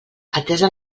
atesa